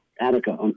Attica